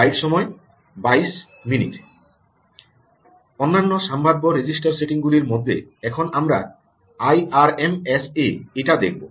অন্যান্য সম্ভাব্য register setting গুলির মধ্যে এখন আমরা আইআরএমএসএ টা দেখব